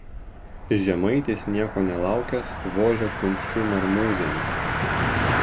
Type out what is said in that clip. žemaitis nieko nelaukęs vožia kumščiu marmūzėn